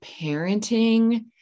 parenting